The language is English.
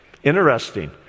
interesting